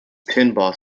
pinball